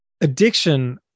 Addiction